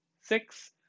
six